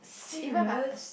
serious